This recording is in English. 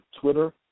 Twitter